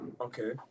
okay